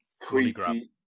creepy